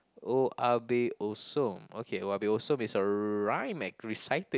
oya-beh-ya-som okay oya-beh-ya-som is a rhyme recited